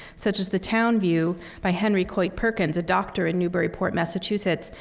such as the town view by henry coit perkins, a doctor in newburyport, massachusetts,